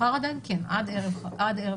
מחר עדיין כן, עד ערב כיפור.